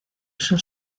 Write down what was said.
sus